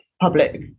public